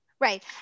right